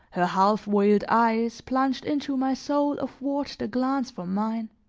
her half-veiled eyes plunged into my soul athwart the glance from mine,